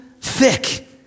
thick